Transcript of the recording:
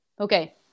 okay